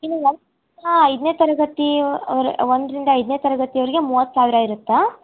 ಹಾಂ ಐದನೇ ತರಗತಿ ಒಂದರಿಂದ ಐದನೇ ತರಗತಿಯವರಿಗೆ ಮೂವತ್ತು ಸಾವಿರ ಇರತ್ತೆ